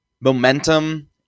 momentum